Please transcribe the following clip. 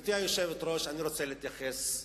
גברתי היושבת-ראש, אני רוצה להתייחס.